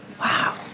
wow